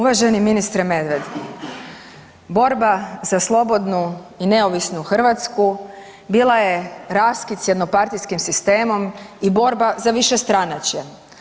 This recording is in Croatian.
Uvaženi ministre Medved, borba za slobodnu i neovisnu Hrvatsku bila je raskid s jednopartijskim sistemom i borba za višestranačje.